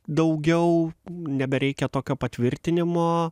daugiau nebereikia tokio patvirtinimo